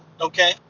Okay